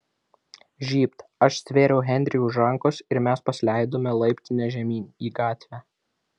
žybt aš stvėriau henrį už rankos ir mes pasileidome laiptine žemyn į gatvę